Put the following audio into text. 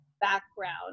background